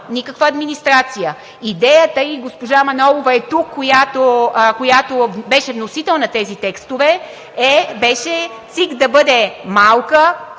никаква администрация. Идеята – госпожа Манолова е тук, която беше носител на тези текстове – беше ЦИК да бъде малка